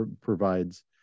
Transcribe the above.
provides